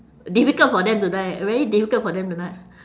difficult for them to die very difficult for them to die